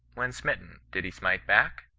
when smitten, did he smite back?